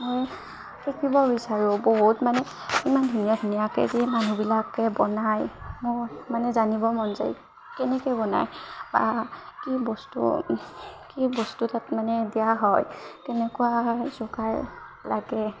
মই শিকিব বিচাৰোঁ বহুত মানে ইমান ধুনীয়া ধুনীয়াকৈ যে মানুহবিলাকে বনাই মোৰ মানে জানিব মন যায় কেনেকৈ বনায় বা কি বস্তু কি বস্তু তাত মানে দিয়া হয় কেনেকুৱা যোগাৰ লাগে